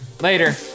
Later